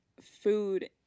food